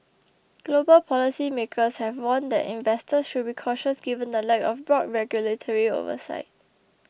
global policy makers have warned that investors should be cautious given the lack of broad regulatory oversight